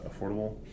affordable